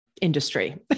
industry